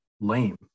lame